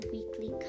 Weekly